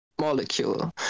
molecule